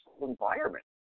environment